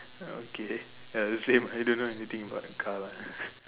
oh okay ya same I don't know anything about the car lah